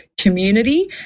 community